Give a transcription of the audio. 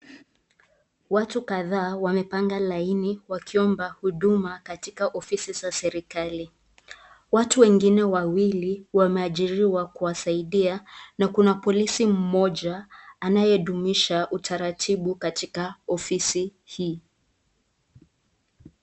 Watu kadhaa wamepanga laini wakiomba huduma katika ofisi za serikali. Watu wengine wawili wameajiriwa kuwasaidia na kuna polisi mmoja anayedumisha utaratibu katika ofisi hii.